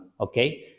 okay